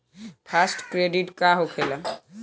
Fast credit का होखेला?